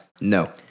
No